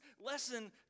lesson